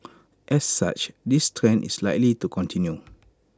as such this trend is likely to continue